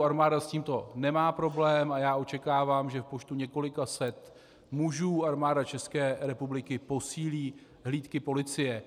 Armáda s tímto nemá problém a já očekávám, že v počtu několika set mužů Armáda České republiky posílí hlídky policie.